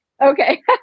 okay